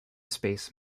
space